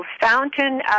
Fountain